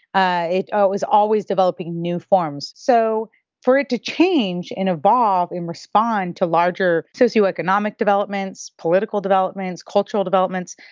ah it ah it was always developing new forms. and so for it to change and evolve and respond to larger socioeconomic developments, political developments, cultural developments.